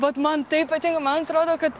vat man taip patinka man atrodo kad